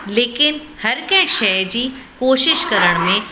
लेकिनि कर कंहिं शइ जी कोशिश करण में